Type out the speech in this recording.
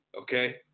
Okay